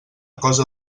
cosa